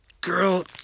girl